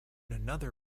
another